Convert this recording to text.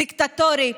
דיקטטורי,